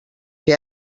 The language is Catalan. què